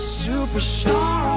superstar